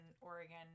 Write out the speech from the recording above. oregon